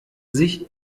sich